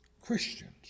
Christians